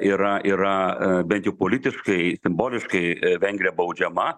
yra yra bent jau politiškai simboliškai vengrija baudžiama